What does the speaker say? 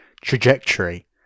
trajectory